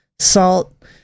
salt